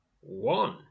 one